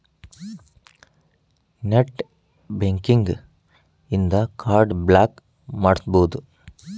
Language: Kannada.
ನೆಟ್ ಬ್ಯಂಕಿಂಗ್ ಇನ್ದಾ ಕಾರ್ಡ್ ಬ್ಲಾಕ್ ಮಾಡ್ಸ್ಬೊದು